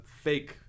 fake